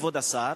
כבוד השר,